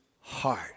heart